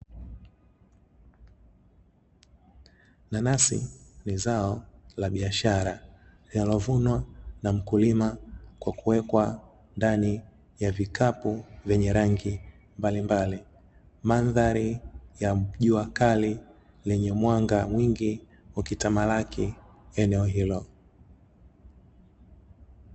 Nanasi ni zao la biashara, linalovunwa na mkulima kwa kuwekwa ndani ya vikapu vyenye rangi mbalimbali. Mandhari ya jua kali lenye mwanga mwingi ukitamalaki eneo hilo.